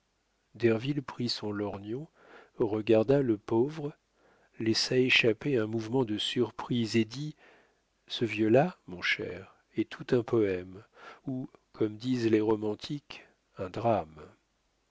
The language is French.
derville prit son lorgnon regarda le pauvre laissa échapper un mouvement de surprise et dit ce vieux-là mon cher est tout un poème ou comme disent les romantiques un drame